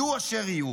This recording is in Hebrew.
יהיו אשר יהיו.